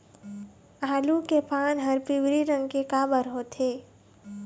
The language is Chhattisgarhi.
आलू के पान हर पिवरी रंग के काबर होथे?